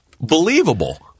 believable